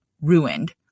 ruined